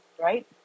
right